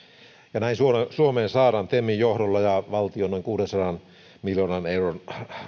ja näin suomeen saadaan temin johdolla ja valtion noin kuudensadan miljoonan euron